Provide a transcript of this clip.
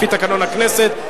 לפי תקנון הכנסת,